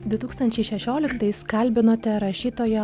du tūkstančiai šešioliktais kalbinote rašytoją